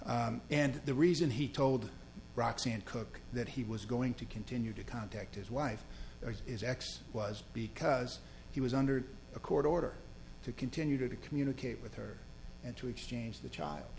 t and the reason he told roxanne cook that he was going to continue to contact his wife is ex was because he was under a court order to continue to communicate with her and to exchange the